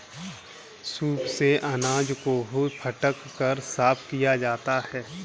soup से अनाज को फटक कर साफ किया जाता है